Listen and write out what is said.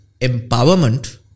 empowerment